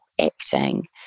acting